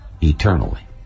eternally